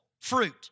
fruit